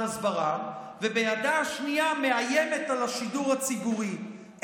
הסברה ובידה השנייה מאיימת על השידור הציבורי,